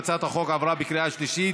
הצעת החוק עברה בקריאה שלישית,